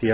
the